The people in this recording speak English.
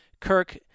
Kirk